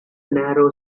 narrow